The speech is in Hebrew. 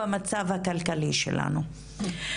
במצב הכלכלי שלנו.